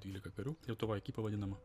dvylika karių lietuvoj ekipa vadinama